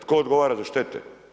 Tko odgovara za štete?